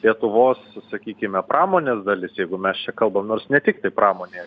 lietuvos sakykime pramonės dalis jeigu mes čia kalbam nors ne tiktai pramonėje